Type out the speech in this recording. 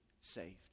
saved